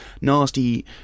nasty